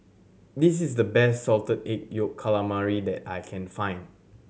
this is the best Salted Egg Yolk Calamari that I can find